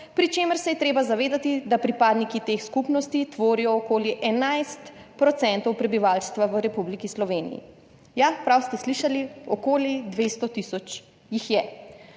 pri čemer se je treba zavedati, da pripadniki teh skupnosti tvorijo okoli 11 % prebivalstva v Republiki Sloveniji. Ja, prav ste slišali, okoli 200 tisoč jih je.